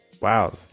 wow